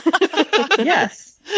Yes